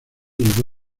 llegó